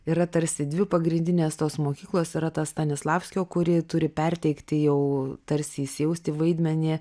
yra tarsi dvi pagrindinės tos mokyklos yra ta stanislavskio kuri turi perteikti jau tarsi įsijausti vaidmenį